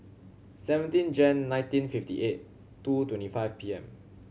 seventeen Jan nineteen fifty eight two twenty five P M